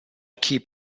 keep